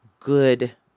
Good